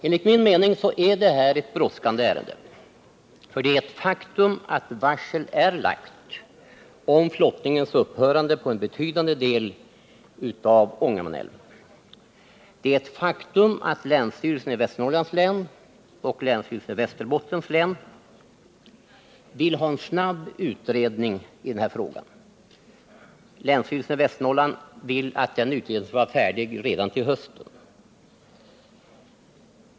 Enligt min mening är detta ett brådskande ärende, eftersom det är ett faktum att varsel är utfärdat om flottningens upphörande på ett betydande del av Ångermanälven. Det är också ett faktum att länsstyrelsen i Västernorrlands län och länsstyrelsen i Västerbottens län vill ha en snabb utredning i denna fråga. Länsstyrelsen i Västernorrland vill att den utredningen skall vara färdig redan till hösten.